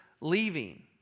leaving